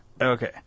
okay